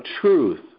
truth